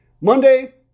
Monday